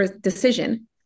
decision